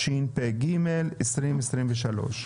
התשפ"ג-2023.